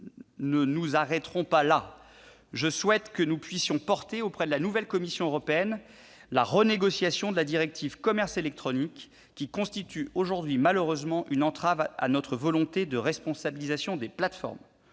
nous ne nous arrêterons pas là ; je souhaite que nous puissions porter, auprès de la nouvelle Commission européenne, la renégociation de la directive sur le commerce électronique, qui constitue aujourd'hui, malheureusement, une entrave à notre volonté de responsabilisation des plateformes.